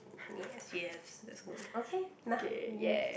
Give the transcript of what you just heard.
yes yes that's good okay nah give you